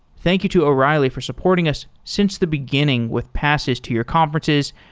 thank you to o'reilly for supporting us since the beginning with passes to your conferences,